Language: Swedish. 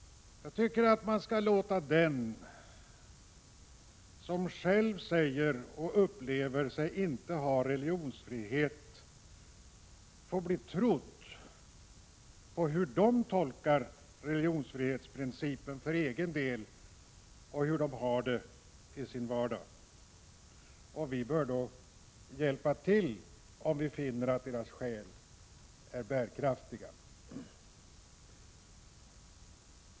Jag tycker att man skall låta dem som själva upplever sig inte ha religionsfrihet bli trodda. Man måste se till hur de tolkar religionsfrihetsprincipen för egen del och hur de har det i sin vardag. Vi bör då hjälpa till, om vi finner att deras skäl är bärkraftiga.